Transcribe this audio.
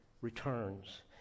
returns